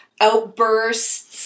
outbursts